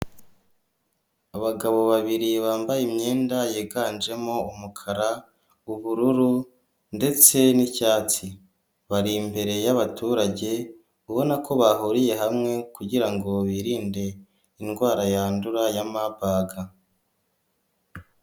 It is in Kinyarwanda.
Abagabo babiri bambaye imyenda yiganjemo umukara, ubururu ndetse n'icyatsi bari imbere yababaturage ubona ko bahuriye hamwe kugira ngo birinde indwara yandura ya mabaga.